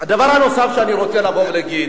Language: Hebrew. הדבר הנוסף שאני רוצה לבוא ולהגיד,